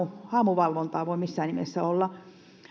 haamuvalvontaa voi missään nimessä olla